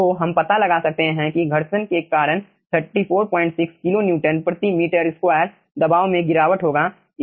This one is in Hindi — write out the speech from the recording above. तो हम पता लगा सकते हैं कि घर्षण के कारण 346 किलो न्यूटन प्रति मीटर स्क्वायर KNm2 दबाव में गिरावट होगा